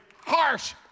harsh